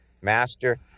Master